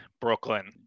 Brooklyn